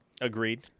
Agreed